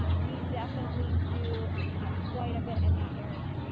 um we definitely do have quite a bit in that area.